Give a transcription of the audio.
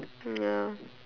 ya